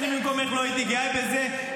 אני במקומך לא הייתי גאה בזה,